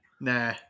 Nah